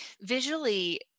visually